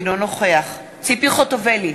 אינו נוכח ציפי חוטובלי,